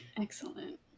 Excellent